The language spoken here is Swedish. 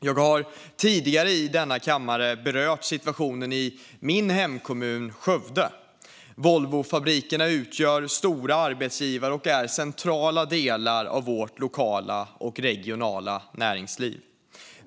Jag har tidigare i denna kammare berört situationen i min hemkommun Skövde. Volvofabrikerna utgör stora arbetsgivare och är centrala delar av vårt lokala och regionala näringsliv.